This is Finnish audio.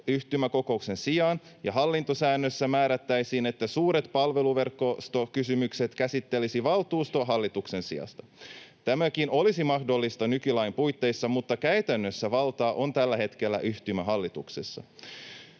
yhtymäkokouksen sijaan ja hallintosäännössä määrättäisiin, että suuret palveluverkostokysymykset käsittelisi valtuusto hallituksen sijasta. Tämäkin olisi mahdollista nykylain puitteissa, mutta käytännössä valta on tällä hetkellä yhtymähallituksessa.